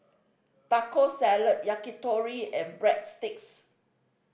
Taco Salad Yakitori and Breadsticks